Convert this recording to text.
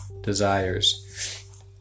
desires